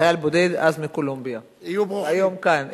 חייל בודד, אז מקולומביה, והיום כאן.